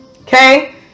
Okay